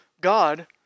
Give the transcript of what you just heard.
God